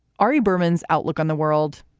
ari berman's outlook on the world.